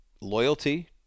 loyalty